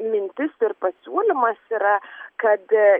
mintis ir pasiūlymas yra kad